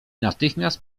natychmiast